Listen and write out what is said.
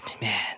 man